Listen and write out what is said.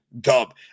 dub